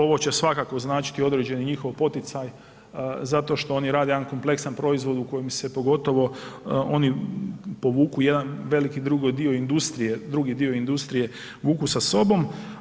Ovo će svakako značiti određeni njihov poticaj zato što oni rade jedan kompleksan proizvod u kojem se pogotovo oni povuku jedan veliki drugi dio industrije, drugi dio industrije vuku sa sobom.